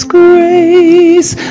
grace